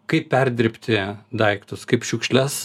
kaip perdirbti daiktus kaip šiukšles